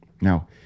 Now